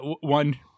One